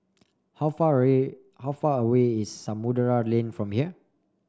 how far away how far away is Samudera Lane from here